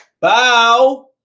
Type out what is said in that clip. Bow